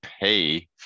pay